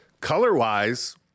color-wise